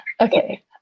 Okay